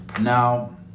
Now